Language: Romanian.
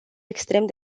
extrem